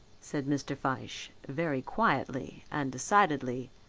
said mr. fyshe, very quietly and decidedly,